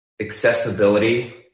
accessibility